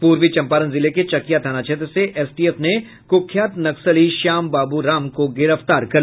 पूर्वी चंपारण जिले के चकिया थाना क्षेत्र से एसटीएफ ने कुख्यात नक्सली श्याम बाबू राम को गिरफ्तार कर लिया